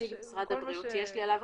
הכול בסדר.